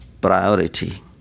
priority